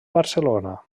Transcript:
barcelona